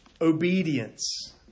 obedience